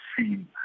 seen